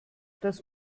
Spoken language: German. das